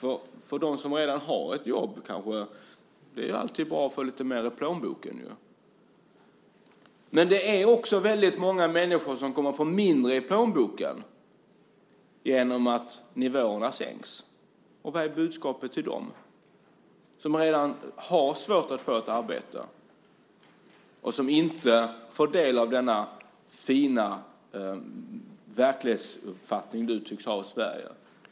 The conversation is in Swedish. För dem som redan har ett jobb är det alltid bra att få lite mer i plånboken. Men det är också väldigt många människor som kommer att få mindre i plånboken genom att nivåerna sänks. Vad är budskapet till dem som redan har svårt att få ett arbete och som inte delar den fina verklighetsuppfattning du tycks ha av Sverige?